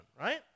right